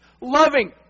loving